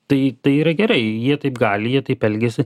tai tai yra gerai jie taip gali ją taip elgiasi